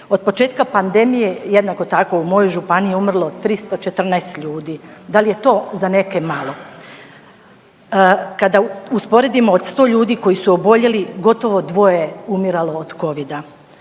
Od početka pandemije jednako tako u mojoj županiji je umrlo 314 ljudi, da li je to za neke malo. Kada usporedimo od 100 ljudi koji su oboljeli gotovo je 2 umiralo od Covida.